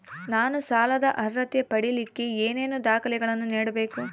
ನಾನು ಸಾಲದ ಅರ್ಹತೆ ಪಡಿಲಿಕ್ಕೆ ಏನೇನು ದಾಖಲೆಗಳನ್ನ ನೇಡಬೇಕು?